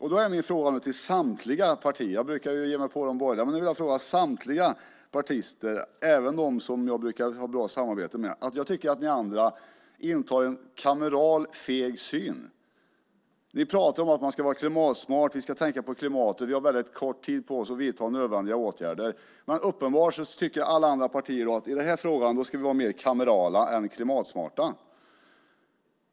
Jag brukar ge mig på de borgerliga partierna, men nu vill jag vända mig till samtliga partister - även dem som jag brukar ha ett bra samarbete med. Jag tycker nämligen att ni andra har en kameral och feg syn. Vi pratar om att man ska vara klimatsmart och om att vi ska tänka på klimatet och att vi har väldigt kort tid på oss för att vidta nödvändiga åtgärder. Men uppenbarligen tycker alla andra partier att vi i den här frågan ska vara mer kamerala än klimatsmarta.